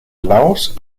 laos